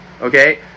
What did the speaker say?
okay